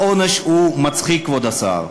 העונש הוא מצחיק, כבוד השר.